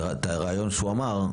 את הרעיון שהוא אמר,